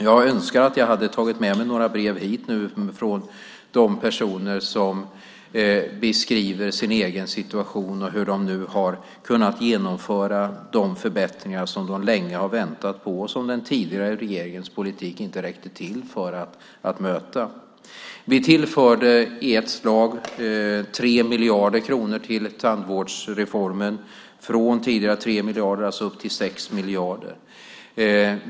Jag önskar att jag hade tagit med mig några brev hit från dem som har beskrivit sin egen situation och hur de nu har kunnat genomföra de förbättringar som de länge har väntat på och som den tidigare regeringens politik inte räckte till för att möta. Vi tillförde i ett slag 3 miljarder kronor till tandvårdsreformen - alltså från tidigare 3 miljarder till 6 miljarder.